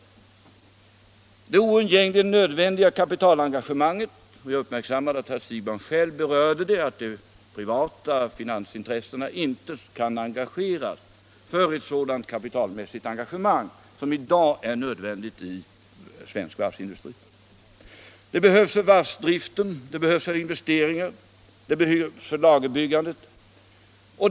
Det ena skälet är det oundgängligen nödvändiga kapitalengagemanget. Och jag uppmärksammade att herr Siegbahn själv berörde att det inte finns privata finansintressen för ett sådant kapitalmässigt engagemang som i dag är nödvändigt inom svensk varvsindustri. Kapitalet behövs för varvsdriften, för investeringar och för lagerbyggande.